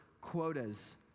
quotas